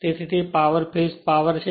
તેથી તે power phase power છે